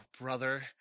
brother